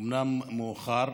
אומנם מאוחר,